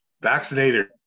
vaccinated